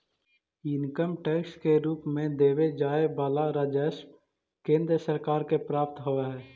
income tax के रूप में देवे जाए वाला राजस्व केंद्र सरकार के प्राप्त होव हई